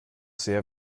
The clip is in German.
sehr